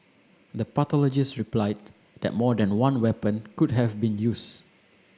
the pathologist replied that more than one weapon could have been used